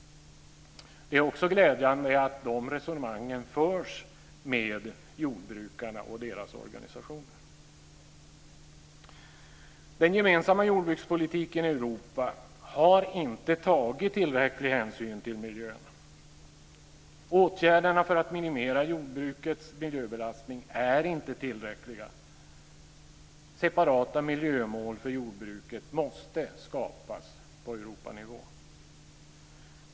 Det är också glädjande att de resonemangen förs med jordbrukarna och deras organisationer. Den gemensamma jordbrukspolitiken i Europa har inte tagit tillräcklig hänsyn till miljön. Åtgärderna för att minimera jordbrukets miljöbelastning är inte tillräckliga. Separata miljömål för jordbruket måste skapas på Europanivå.